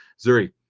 Zuri